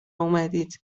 آمدید